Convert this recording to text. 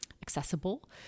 accessible